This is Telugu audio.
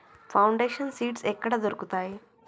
ఫౌండేషన్ సీడ్స్ ఎక్కడ దొరుకుతాయి?